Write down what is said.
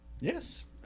Yes